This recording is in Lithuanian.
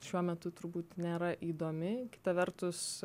šiuo metu turbūt nėra įdomi kita vertus